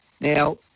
Now